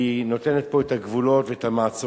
נותנת פה את הגבולות והמעצורים,